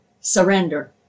surrender